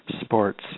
sports